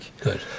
Good